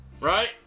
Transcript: right